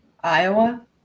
Iowa